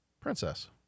princess